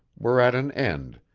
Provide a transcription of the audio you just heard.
were at an end,